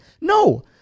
No